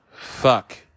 fuck